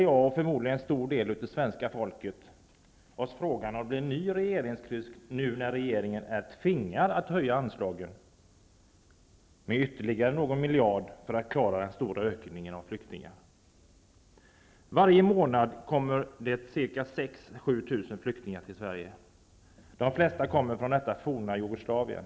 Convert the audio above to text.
Jag och förmodligen en stor del av svenska folket ställer oss frågan om det kommer att bli en ny regeringskris nu när regeringen är tvingad att höja anslagen med ytterligare någon miljard för att klara den stora ökningen av antalet flyktingar. Varje månad kommer 6 000--7 000 flyktingar till Sverige. De flesta kommer från det forna Jugoslavien.